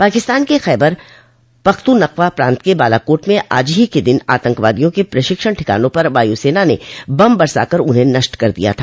पाकिस्तान के खैबर पख्तूनख्वा प्रांत के बालाकोट में आज ही के दिन आतंकवादियों के प्रशिक्षण ठिकानों पर वायुसेना ने बम बरसा कर उन्हें नष्ट कर दिया था